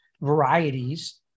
varieties